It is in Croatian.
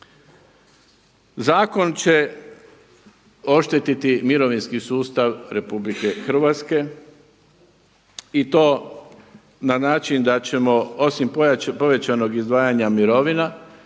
Zakon će oštetiti mirovinski sustav RH i to na način da ćemo osim povećanog izdvajanja mirovina